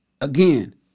again